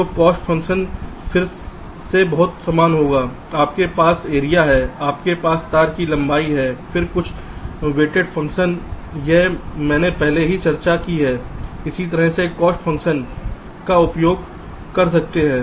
तो cost function फिर से बहुत समान होगा आपके पास एरिया है आपके पास तार की लंबाई है फिर कुछ वेटेड फ़ंक्शन यह मैंने पहले ही चर्चा की है उसी तरह का कॉस्ट फ़ंक्शन का आप उपयोग कर सकते हैं